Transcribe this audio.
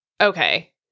Okay